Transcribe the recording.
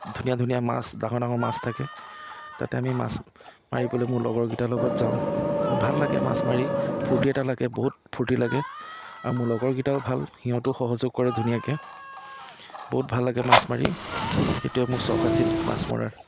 ধুনীয়া ধুনীয়া মাছ ডাঙৰ ডাঙৰ মাছ থাকে তাতে আমি মাছ মাৰিবলৈ মোৰ লগৰ কেইটাৰ লগত যাওঁ ভাল লাগে মাছ মাৰি ফূৰ্তি এটা লাগে বহুত ফূৰ্তি লাগে আৰু মোৰ লগৰ কেইটাও ভাল সিহঁতেও সহযোগ কৰে ধুনীয়াকে বহুত ভাল লাগে মাছ মাৰি সেইটোৱে মোৰ চখ আছিল মাছ মৰাৰ